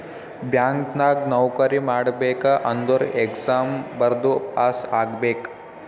bank ನಾಗ್ ನೌಕರಿ ಮಾಡ್ಬೇಕ ಅಂದುರ್ ಎಕ್ಸಾಮ್ ಬರ್ದು ಪಾಸ್ ಆಗ್ಬೇಕ್